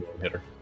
hitter